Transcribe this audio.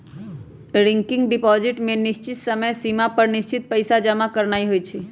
recurring deposit में निश्चित समय सिमा पर निश्चित पइसा जमा करानाइ होइ छइ